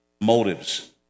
motives